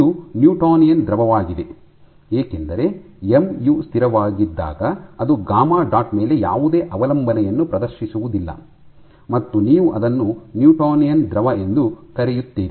ಇದು ನ್ಯೂಟೋನಿಯನ್ ದ್ರವವಾಗಿದೆ ಏಕೆಂದರೆ ಎಮ್ ಯು ಸ್ಥಿರವಾಗಿದ್ದಾಗ ಅದು ಗಾಮಾ ಡಾಟ್ ಮೇಲೆ ಯಾವುದೇ ಅವಲಂಬನೆಯನ್ನು ಪ್ರದರ್ಶಿಸುವುದಿಲ್ಲ ಮತ್ತು ನೀವು ಅದನ್ನು ನ್ಯೂಟೋನಿಯನ್ ದ್ರವ ಎಂದು ಕರೆಯುತ್ತೀರಿ